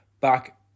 back